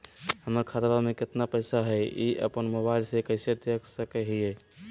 हमर खाता में केतना पैसा हई, ई अपन मोबाईल में कैसे देख सके हियई?